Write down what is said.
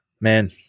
man